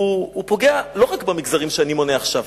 פוגע לא רק במגזרים שאני מונה עכשיו.